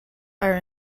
are